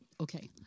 Okay